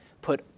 put